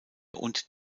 und